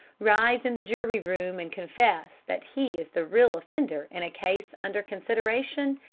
rise in the jury-room and confess that he is the real offender in a case under consideration,